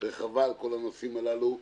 רחבה על כל הנושאים הללו,